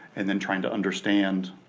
and then trying to understand